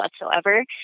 whatsoever